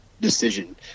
decision